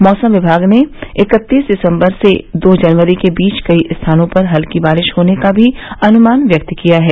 मौसम विभाग ने इकत्तीस दिसम्बर से दो जनवरी के बीच कई स्थानों पर हत्की बारिश होने का भी अनुमान व्यक्त किया है